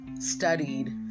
studied